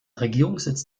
regierungssitz